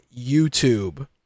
YouTube